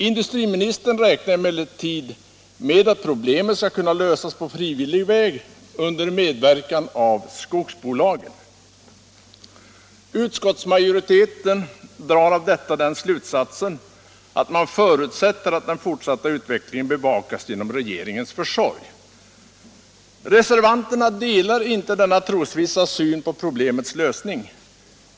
Industriministern räknar emellertid med att problemet skall kunna lösas på frivillig väg under medverkan av skogsbolagen. Utskottsmajoriteten drar av detta den slutsatsen att man kan förutsätta att den fortsatta utvecklingen bevakas genom regeringens försorg. Reservanterna delar inte denna trosvissa syn på problemets lösning.